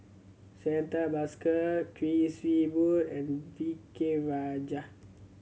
Santha Bhaskar Kuik Swee Boon and V K Rajah